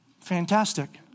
Fantastic